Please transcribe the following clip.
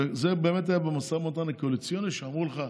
וזה באמת היה במשא ומתן הקואליציוני שאמרו לך: